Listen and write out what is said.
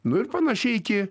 nu ir panašiai iki